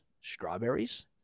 strawberries